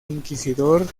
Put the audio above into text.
inquisidor